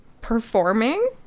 performing